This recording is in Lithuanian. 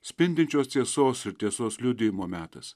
spindinčios tiesos ir tiesos liudijimo metas